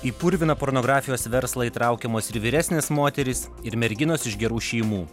į purviną pornografijos verslą įtraukiamos ir vyresnės moterys ir merginos iš gerų šeimų